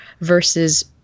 versus